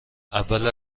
اول